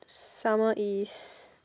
summer East